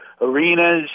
arenas